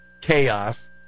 chaos